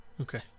Okay